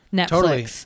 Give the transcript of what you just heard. Netflix